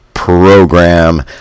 program